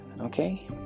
Okay